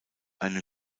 eine